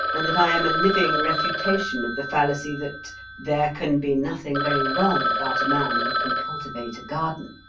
and that i am a living refutation of the fallacy that there can be nothing very wrong about a man who can cultivate a garden?